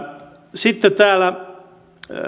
sitten täällä